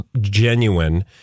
genuine